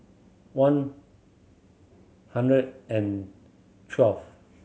one hundred and twevle